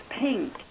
pink